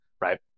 right